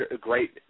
great